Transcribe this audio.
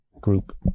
group